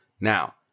Now